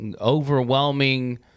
Overwhelming